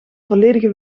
volledige